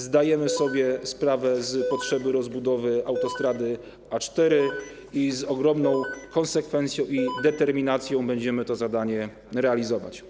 Zdajemy sobie sprawę z potrzeby rozbudowy autostrady A4 i z ogromną konsekwencją i determinacją będziemy to zadanie realizować.